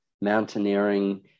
mountaineering